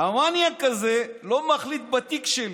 המניאק הזה לא מחליט בתיק שלי.